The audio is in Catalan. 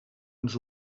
ens